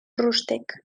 rústec